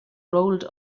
rolled